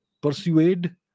persuade